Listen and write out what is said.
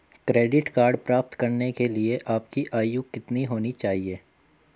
Credit card प्राप्त करने के लिए आपकी आयु कितनी होनी चाहिए?